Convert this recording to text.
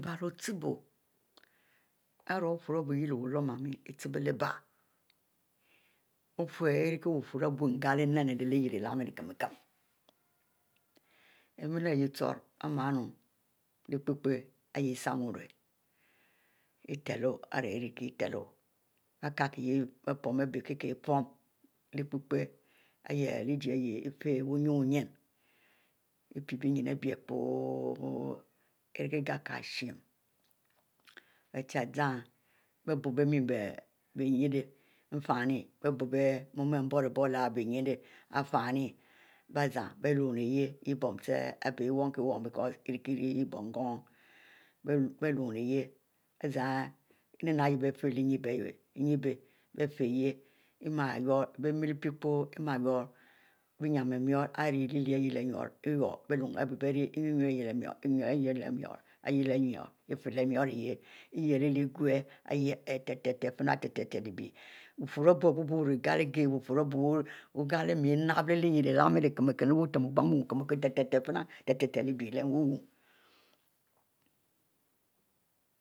Leh-biele ochibo, iwu rie mie leh wulum ichiebo lehbiele ofu irie kie wufurro ari biuie bie ngle ninu lyieh lehmie-ikinn-kinn mie leh yeh choro bie mie boro leh ekpekpe ihieh mie samu orue itelo ari irie kie teto ari kie ihieh bie pom ari bie irikie pom leh ekpekpe ijie iyeh fie unyine ipie bie nyinn kpo irikie glekie shin, ibie chie zan bie mie bie n-rieh mie fienn, bie bub mu ihieh bublel bie nrich fienn bie zan bie lu-leh yeh bon chie iri kie bon gon bie lunni hieh izan eninna ihieh bie fie nbie fieh emyurro bie nyin ari murro ihieh kie mie, lyieh, eyurro bie lumi ihieh leh nyiro-ifieh leh murro iyele leh egu ihieh ari teh-teh fiena, teh teh leh bie bufurro bie rie gle-ghieh, bufurro wu gle mie nap lyieh ileh ilanne leh biu fien obiu mie teh-tehieh fiena teh-tehieh leh biuie, lyieh leh mihie